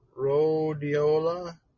rhodiola